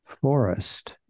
forest